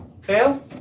Fail